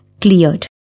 cleared